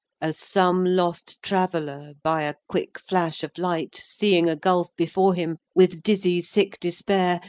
as some lost traveller by a quick flash of light seeing a gulf before him, with dizzy, sick despair,